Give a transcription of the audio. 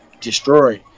destroy